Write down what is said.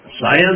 Science